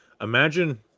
imagine